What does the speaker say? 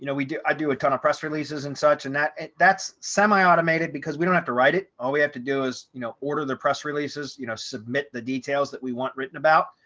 we do i do a ton of press releases and such and that that's semi automated, because we don't have to write it, all we have to do is, you know, order the press releases, you know, submit the details that we want written about,